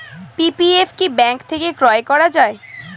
PPF কি bank থেকে ক্রয় করা যায়?